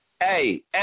Hey